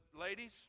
ladies